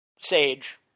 sage